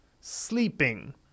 sleeping